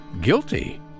guilty